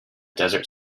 desert